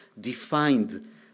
defined